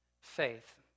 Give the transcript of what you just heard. faith